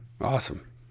awesome